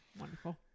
wonderful